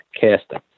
casting